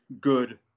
good